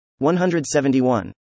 171